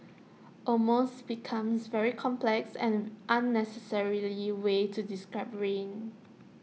almost becomes very complex and unnecessarily way to describe rain